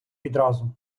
відразу